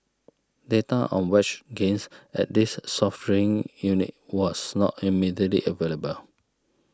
data on wage gains at this soft drink unit was not immediately available